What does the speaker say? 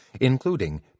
including